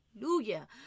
Hallelujah